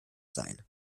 sein